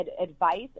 advice